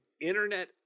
internet